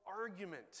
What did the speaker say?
argument